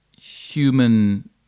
human